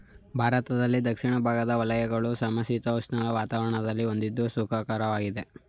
ಭಾರತದ ದಕ್ಷಿಣ ಭಾಗದ ವಲಯಗಳು ಸಮಶೀತೋಷ್ಣ ವಾತಾವರಣವನ್ನು ಹೊಂದಿದ್ದು ಸುಖಕರವಾಗಿದೆ